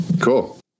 Cool